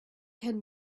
can